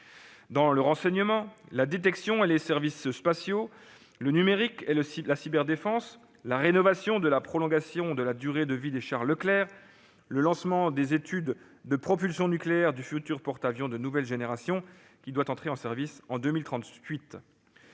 : le renseignement, la détection et les services spatiaux, le numérique et la cyberdéfense, la rénovation et la prolongation de la durée de vie des chars Leclerc et le lancement des études de propulsion nucléaire du futur porte-avions de nouvelle génération, qui doit entrer en service en 2038.